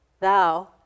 Thou